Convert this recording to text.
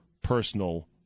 personal